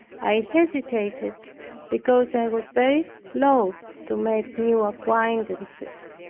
i hesitated because i was very loath to make new acquaintances.